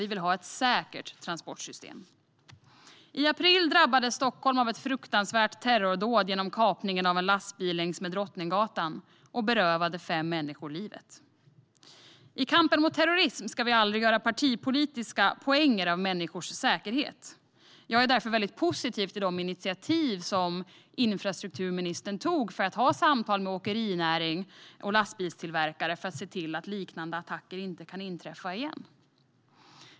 Vi vill ha ett säkert transportsystem. I april drabbades Stockholm av ett fruktansvärt terrordåd genom kapningen av en lastbil, som körde längs med Drottninggatan och berövade fem människor livet. I kampen mot terrorism ska vi aldrig göra partipolitiska poänger av människors säkerhet. Jag är därför positiv till de initiativ som infrastrukturministern tagit till samtal med åkerinäring och lastbilstillverkare för att se till att liknande attacker inte ska kunna inträffa.